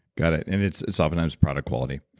got it. and it's it's oftentimes product quality.